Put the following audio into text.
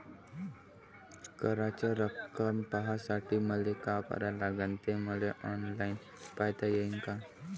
कराच रक्कम पाहासाठी मले का करावं लागन, ते मले ऑनलाईन पायता येईन का?